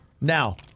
now